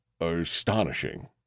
astonishing